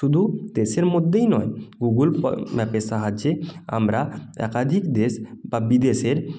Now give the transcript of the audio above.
শুধু দেশের মধ্যেই নয় গুগল পা ম্যাপের সাহায্যে আমরা একাধিক দেশ বা বিদেশের